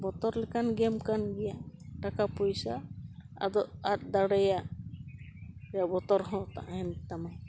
ᱵᱚᱛᱚᱨ ᱞᱮᱠᱟᱱ ᱜᱮᱢ ᱠᱟᱱᱜᱮᱭᱟ ᱴᱟᱠᱟ ᱯᱚᱭᱥᱟ ᱟᱫᱚ ᱟᱫ ᱫᱟᱲᱮᱭᱟᱜ ᱡᱟ ᱵᱚᱛᱚᱨ ᱦᱚᱸ ᱛᱟᱦᱮᱱ ᱛᱟᱢᱟ